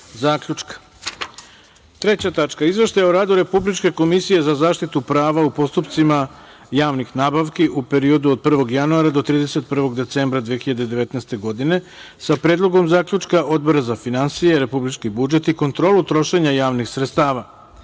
tačka - Izveštaj o radu Republičke komisije za zaštitu prava u postupcima javnih nabavki u periodu od 1. januara do 31. decembra 2019. godine, sa Predlogom zaključka Odbora za finansije, republički budžet i kontrolu trošenja javnih sredstava. Stavljam